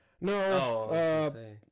No